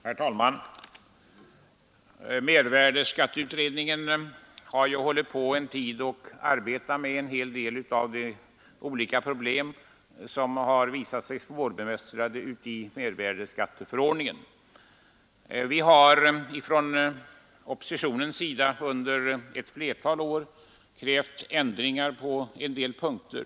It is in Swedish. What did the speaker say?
Herr talman! Mervärdeskatteutredningen har en tid arbetat med de olika problem som visat sig svårbemästrade i mervärdeskatteförordningen. Vi har från oppositionen under ett flertal år krävt ändringar på en del punkter.